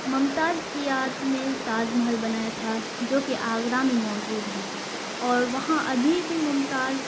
ممتاز کی یاد میں تاج محل بنایا تھا جو کہ آگرہ میں موجود ہے اور وہاں ابھی بھی ممتاز